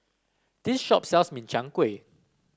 this shop sells Min Chiang Kueh